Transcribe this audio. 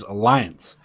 Alliance